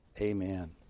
Amen